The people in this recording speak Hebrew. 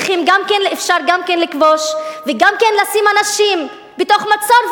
אפשר גם כן לכבוש וגם כן לשים אנשים בתוך מצור,